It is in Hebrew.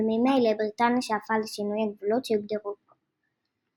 וממילא בריטניה שאפה לשינוי הגבולות שהוגדרו בו.